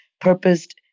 purposed